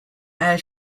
air